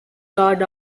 guard